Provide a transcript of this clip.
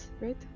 right